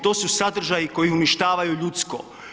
To su sadržaji koji uništavaju ljudsko.